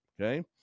Okay